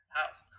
house